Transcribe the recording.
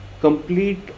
complete